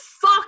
fuck